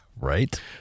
Right